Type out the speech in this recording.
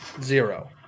zero